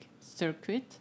circuit